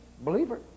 believer